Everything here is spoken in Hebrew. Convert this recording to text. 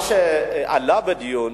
מה שעלה בדיון,